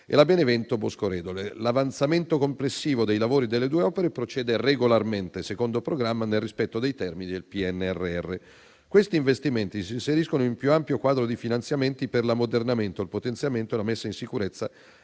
e la Benevento-Bosco Redole. L'avanzamento complessivo dei lavori delle due opere procede regolarmente, secondo programma, nel rispetto dei termini del PNRR. Questi investimenti si inseriscono in un più ampio quadro di finanziamenti per l'ammodernamento, il potenziamento e la messa in sicurezza